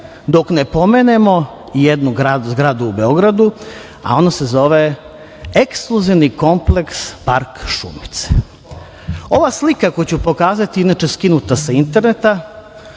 dok ne pomenemo jednu zgradu u Beogradu, a ona se zove ekskluzivni kompleks Park „Šumice“.Ova slika koju ću pokazati je, inače, skinuta sa interneta.